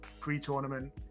Pre-tournament